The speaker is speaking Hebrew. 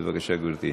בבקשה, גברתי.